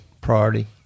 priority